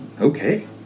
Okay